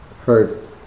heard